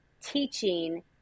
teaching